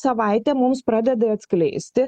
savaitė mums pradeda atskleisti